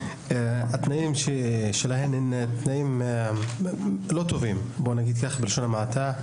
לא טובים, בלשון המעטה.